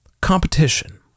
competition